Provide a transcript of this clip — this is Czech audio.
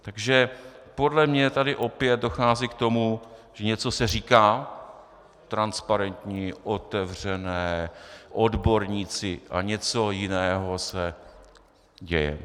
Takže podle mě tady opět dochází k tomu, že něco se říká transparentní, otevřené, odborníci a něco jiného se děje.